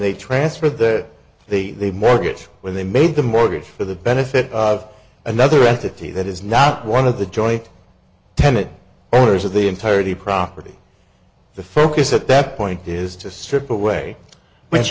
they transferred that the mortgage when they made the mortgage for the benefit of another entity that is not one of the joint tenants owners of the entirety property the focus at that point is to strip away but you